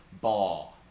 ball